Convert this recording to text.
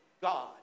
God